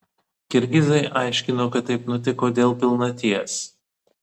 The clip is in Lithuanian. kirgizai aiškino kad taip nutiko dėl pilnaties